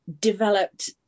developed